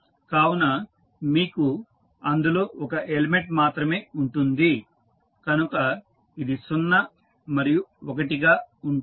కావున మీకు అందులో ఒక ఎలిమెంట్ మాత్రమే ఉంటుంది కనుక ఇది 0 మరియు 1 గా ఉంటుంది